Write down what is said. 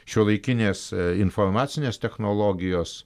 šiuolaikinės informacinės technologijos